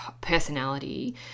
personality